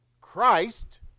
Christ